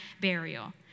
burial